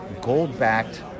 gold-backed